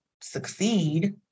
succeed